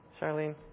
Charlene